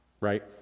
right